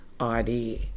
idea